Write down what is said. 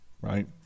right